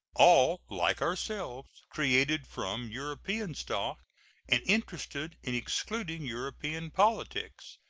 all, like ourselves, created from european stock and interested in excluding european politics,